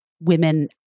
women